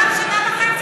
דובר על שנה וחצי.